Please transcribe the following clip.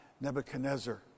Nebuchadnezzar